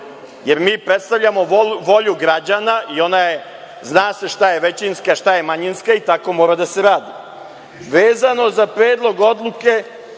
Jer, mi predstavljamo volju građana, a zna se šta je većinska, šta je manjinska, i tako mora da se radi. Vezano za predlog